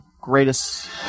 greatest